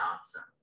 answer